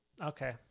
Okay